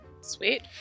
Sweet